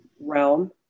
realm